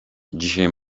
dzisiaj